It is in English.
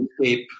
tape